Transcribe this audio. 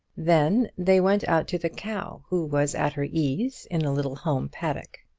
then they went out to the cow, who was at her ease in a little home paddock.